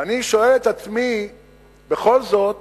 ואני שואל את עצמי בכל זאת